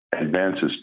advances